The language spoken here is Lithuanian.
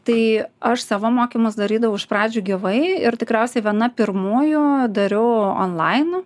tai aš savo mokymus darydavau iš pradžių gyvai ir tikriausiai viena pirmųjų dariau onlainu